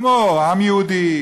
כמו עם יהודי,